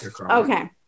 Okay